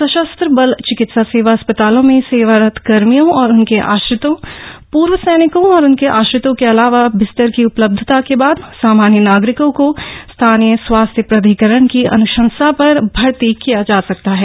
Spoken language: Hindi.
सशस्त्र बल चिकित्सा सेवा अस्पतालों में सेवारत कर्मियों और उनके आश्रितों पूर्व सैनिकों और उनके आश्रितों के अलावा बिस्तर की उपलब्धता के बाद सामान्य नागरिकों को स्थानीय स्वास्थ्य प्राधिकरण की अनुशंसा पर भर्ती किया जा सकता है